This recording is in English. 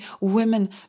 women